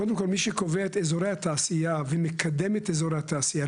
קודם כל מי שקובע את אזורי התעשייה ומקדם את אזורי התעשייה,